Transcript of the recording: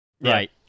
Right